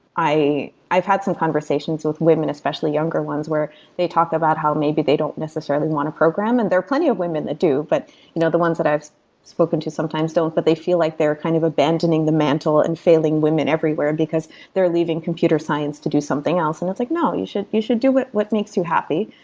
i've had some conversations with especially younger ones where they talked about how maybe they don't necessarily want to program and there are plenty of women that do. but you know the ones that i've spoken to sometimes don't, but they feel like they're kind of abandoning the mantle and failing women everywhere, because they're leaving computer science to do something and it's like, no, you should you should do what what makes you happy.